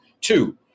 Two